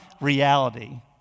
reality